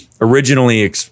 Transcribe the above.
originally